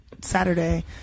Saturday